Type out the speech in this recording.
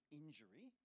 injury